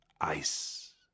ice